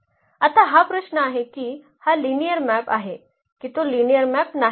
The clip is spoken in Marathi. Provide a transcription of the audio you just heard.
आता हा प्रश्न आहे की हा लिनिअर मॅप आहे की तो लिनिअर मॅप नाही